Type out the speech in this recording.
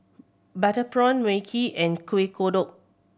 butter prawn Mui Kee and Kuih Kodok